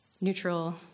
neutral